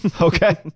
okay